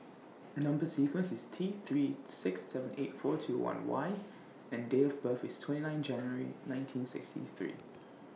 Number sequence IS T three six seven eight four two one Y and Date of birth IS twenty nine January nineteen sixty three